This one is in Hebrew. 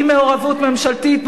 אי-מעורבות ממשלתית,